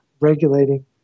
regulating